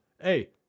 hey